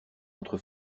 entre